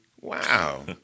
Wow